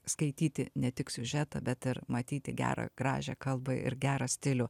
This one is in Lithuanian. skaityti ne tik siužetą bet ir matyti gerą gražią kalbą ir gerą stilių